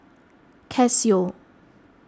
Casio